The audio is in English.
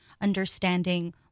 understanding